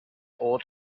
old